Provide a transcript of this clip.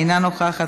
אינה נוכחת,